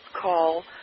call